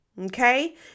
Okay